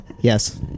Yes